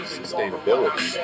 sustainability